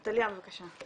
נטליה, בבקשה.